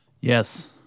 Yes